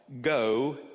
go